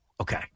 Okay